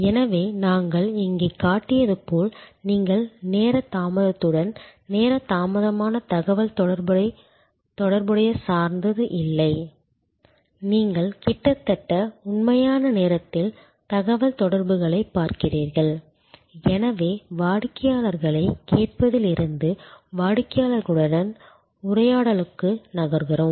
எனவே நாங்கள் இங்கே காட்டியது போல் நீங்கள் நேர தாமதத்துடன் நேர தாமதமான தகவல்தொடர்பு சார்ந்து இல்லை நீங்கள் கிட்டத்தட்ட உண்மையான நேரத்தில் தகவல்தொடர்புகளைப் பார்க்கிறீர்கள் எனவே வாடிக்கையாளர்களைக் கேட்பதில் இருந்து வாடிக்கையாளர்களுடன் உரையாடலுக்கு நகர்கிறோம்